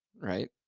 right